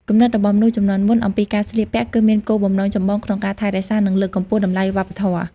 គំនិតរបស់មនុស្សជំនាន់មុនអំពីការស្លៀកពាក់គឺមានគោលបំណងចម្បងក្នុងការថែរក្សានិងលើកកម្ពស់តម្លៃវប្បធម៌។